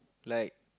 like